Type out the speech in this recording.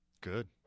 Good